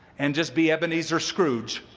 and just be ebenezer scrooge,